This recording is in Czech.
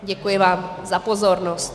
Děkuji vám za pozornost.